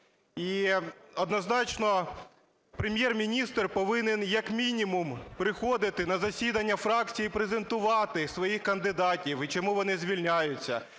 І однозначно Прем'єр-міністр повинен як мінімум приходити на засідання фракцій і презентувати своїх кандидатів, і чому вони звільняються,